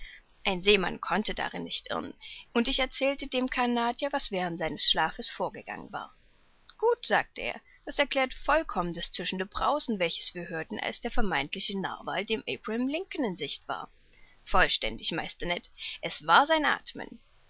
ein seemann konnte darin nicht irren und ich erzählte dem canadier was während seines schlafes vorgegangen war gut sagte er das erklärt vollkommen das zischende brausen welches wir hörten als der vermeintliche narwal dem abraham lincoln in sicht war vollständig meister ned es war sein